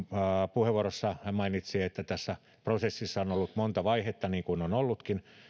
puheenvuorossaan että tässä prosessissa on on ollut monta vaihetta niin kuin on ollutkin